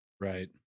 Right